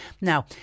Now